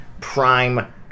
prime